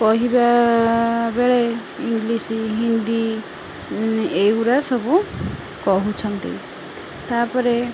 କହିବାବେଳେ English Hindi ଏଇଗୁରା ସବୁ କହୁଛନ୍ତି ତାପରେ